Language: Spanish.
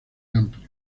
amplio